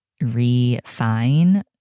refine